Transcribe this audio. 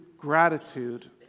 gratitude